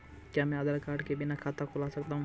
क्या मैं आधार कार्ड के बिना खाता खुला सकता हूं?